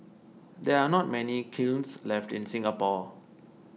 there are not many kilns left in Singapore